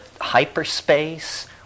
hyperspace